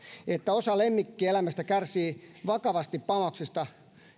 että osa lemmikkieläimistä kärsii vakavasti pamauksista